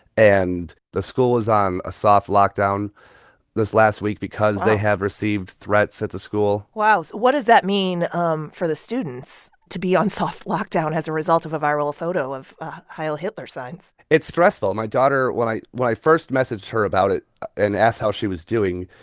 and the school was on a soft lockdown this last week because they. wow. have received threats at the school wow. so what does that mean um for the students to be on soft lockdown as a result of a viral photo of heil hitler signs? it's stressful. my daughter, when i when i first messaged her about it and asked how she was doing,